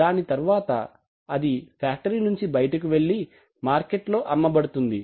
దాని తర్వాత అది ఫ్యాక్టరీ నుంచి బయటికి వెళ్ళి మార్కెట్లో అమ్మబడుతుంది